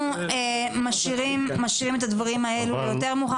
אנחנו משאירים את הדברים האלו ליותר מאוחר.